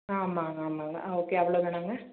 ஆமாங்க ஆமாங்க ஓகே அவ்வவோளோதானங்க